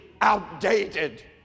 outdated